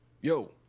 yo